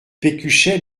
pécuchet